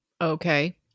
Okay